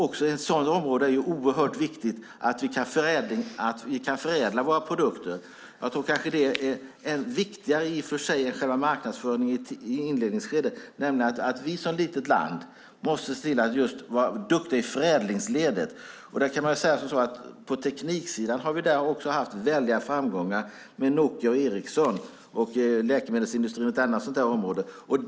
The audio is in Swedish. Också ett sådant område är väldigt viktigt när det handlar om att förädla våra produkter. Att vi som litet land måste se till att vara duktiga i förädlingsledet kan nämligen vara viktigare än själva marknadsföringen i ett inledningsskede. På tekniksidan har vi haft väldiga framgångar med Nokia och Ericsson. Läkemedelsindustrin är ett annat sådant område.